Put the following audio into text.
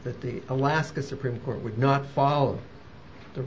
that the alaska supreme court would not follow the